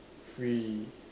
free